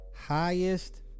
highest